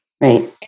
Right